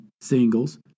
singles